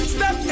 Step